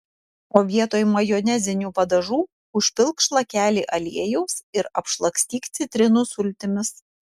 o vietoj majonezinių padažų užpilk šlakelį aliejaus ir apšlakstyk citrinų sultimis